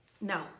no